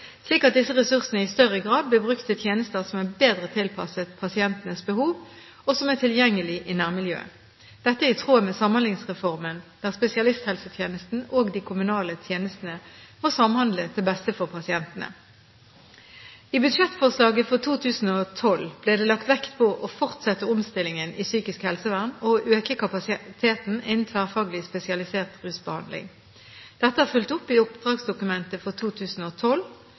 slik at disse ressursene i større grad blir brukt til tjenester som er bedre tilpasset pasientenes behov, og som er tilgjengelig i nærmiljøet. Dette er i tråd med Samhandlingsreformen, der spesialisthelsetjenesten og de kommunale tjenestene må samhandle til beste for pasientene. I budsjettforslaget for 2012 ble det lagt vekt på å fortsette omstillingen i psykisk helsevern og å øke kapasiteten innen tverrfaglig spesialisert rusbehandling. Dette er fulgt opp i oppdragsdokumentet for 2012